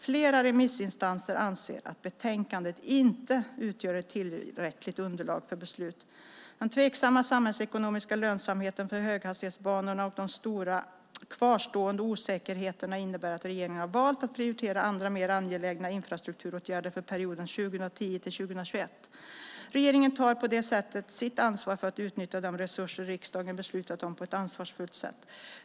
Flera remissinstanser anser att betänkandet inte utgör ett tillräckligt underlag för beslut. Den tveksamma samhällsekonomiska lönsamheten för höghastighetsbanorna och de stora kvarstående osäkerheterna innebär att regeringen har valt att prioritera andra mer angelägna infrastrukturåtgärder för perioden 2010-2021. Regeringen tar på det sättet sitt ansvar för att utnyttja de resurser riksdagen beslutat om på ett ansvarsfullt sätt.